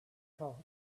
thought